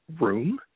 room